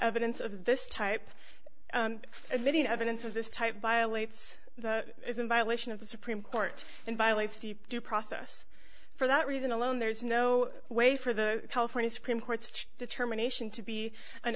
evidence of this type of video evidence of this type violates is in violation of the supreme court in violates deep due process for that reason alone there is no way for the california supreme court's determination to be an